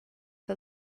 for